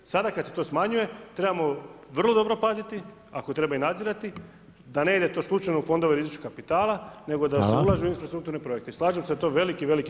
Sada kada se to smanjuje trebamo vrlo dobro paziti, ako treba i nadzirati, da ne ide to slučajno u fondove rizične kapitala, nego da se ulaže u infrastrukturne projekte i slažem se da je to veliki potencijal.